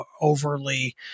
overly